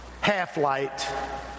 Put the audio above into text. half-light